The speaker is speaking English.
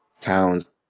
towns